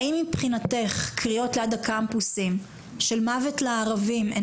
האם מבחינתך קריאות ליד הקמפוסים של מוות לערבים הן